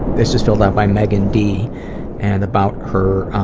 this is filled out by meghan d and about her